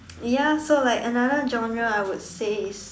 ya so like another genre I would say is